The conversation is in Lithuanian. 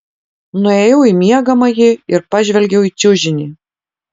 nuėjau į miegamąjį ir pažvelgiau į čiužinį